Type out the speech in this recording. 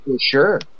Sure